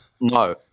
no